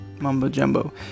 mumbo-jumbo